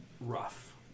rough